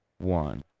one